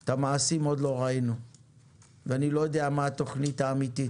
את המעשים עוד לא ראינו ואני לא יודע מה התוכנית האמיתית,